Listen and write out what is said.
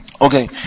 Okay